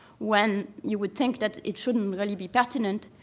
when you would think that it shouldn't really be pertinent,